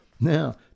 Now